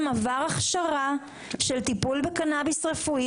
עבר הכשרה של טיפול בקנביס רפואי,